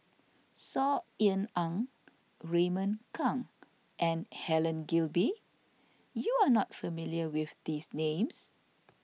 Saw Ean Ang Raymond Kang and Helen Gilbey you are not familiar with these names